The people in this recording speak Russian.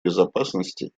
безопасности